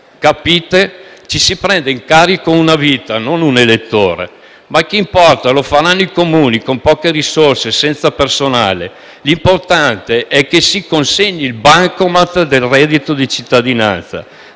Capite? Ci si prende in carico una vita, non un elettore. Ma che importa: lo faranno i Comuni con poche risorse e senza personale; l'importante è che si consegni il *bancomat* del reddito di cittadinanza.